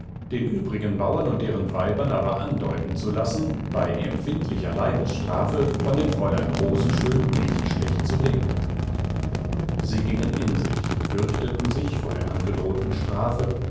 den übrigen bauern und ihren weibern aber andeuten zu lassen bei empfindlicher leibesstrafe von dem fräulein rosenschön nicht schlecht zu denken sie gingen in sich fürchteten sich vor der angedrohten strafe